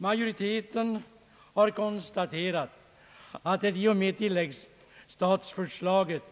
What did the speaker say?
Majoriteten i utskottet konstaterar att det i och med tilläggsstatsförslaget